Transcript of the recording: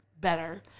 better